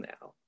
now